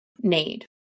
need